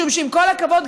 משום שעם כל הכבוד,